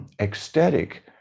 ecstatic